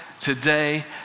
today